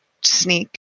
sneak